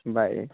bye